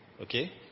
Okay